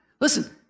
Listen